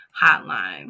hotline